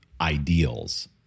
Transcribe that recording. ideals